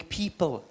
people